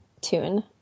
tune